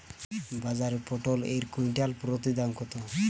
বাজারে পটল এর কুইন্টাল প্রতি দাম কত?